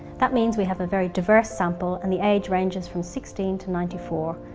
that means we have a very diverse sample and the age ranges from sixteen to ninety four.